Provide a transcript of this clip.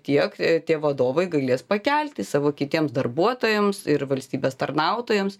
tiek tie vadovai galės pakelti savo kitiems darbuotojams ir valstybės tarnautojams